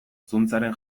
zuntzaren